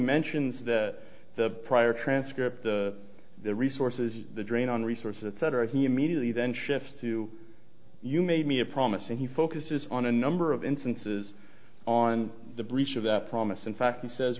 mentions that the prior transcript the resources the drain on resources etc he immediately then shifts to you made me a promise and he focuses on a number of instances on the breach of that promise in fact he says